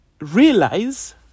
realize